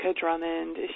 Drummond